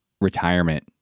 retirement